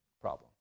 problem